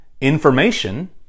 information